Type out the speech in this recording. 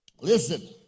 listen